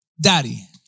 daddy